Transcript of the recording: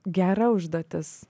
gera užduotis